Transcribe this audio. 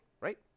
right